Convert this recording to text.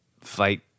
fight